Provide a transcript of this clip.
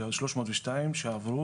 זה שלוש מאות ושתיים שעברו,